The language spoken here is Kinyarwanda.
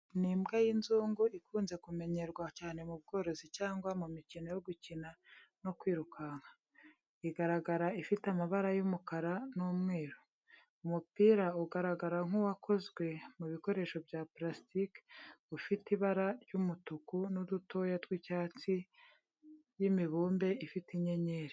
Ni imbwa y'inzungu ikunze kumenyerwa cyane mu bworozi cyangwa mu mikino yo gukina no kwirukanka. Iragaragara ifite amabara y'umukara n'umweru. Umupira ugaragara nk’uwakozwe mu bikoresho bya purasitiki, ufite ibara ry’umutuku n’udutoya tw’icyatsi y’imibumbe ifite inyenyeri.